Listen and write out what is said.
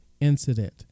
incident